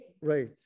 Right